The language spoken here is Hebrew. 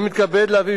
תודה רבה.